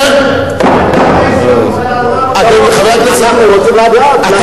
אדוני היושב-ראש, שייתן לנו הסבר, לא רק